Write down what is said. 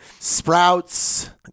Sprouts